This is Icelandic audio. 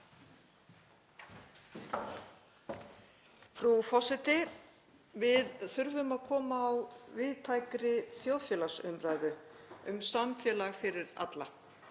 Frú forseti. Við þurfum að koma á víðtækri þjóðfélagsumræðu um samfélag fyrir alla,